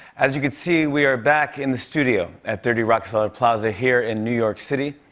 as you can see, we are back in the studio at thirty rockefeller plaza here in new york city.